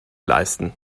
leisten